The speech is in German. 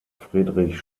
friedrich